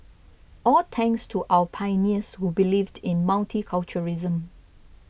all thanks to our pioneers who believed in multiculturalism